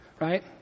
right